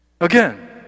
Again